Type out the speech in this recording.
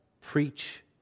preach